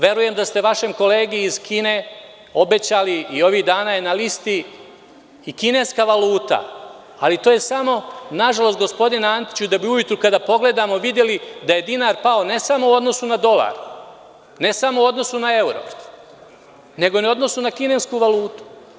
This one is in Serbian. Verujem da ste vašem kolegi iz Kine obećali i ovih dana je na listi i kineska valuta, ali to je samo, nažalost, gospodine Antiću, da bi ujutru kada pogledamo videli da je dinar pao ne samo u odnosu na dolar, ne samo u odnosu na evro, nego na odnosu na kinesku valutu.